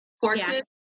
courses